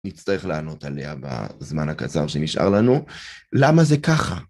נצטרך לענות עליה בזמן הקצר שנשאר לנו, למה זה ככה?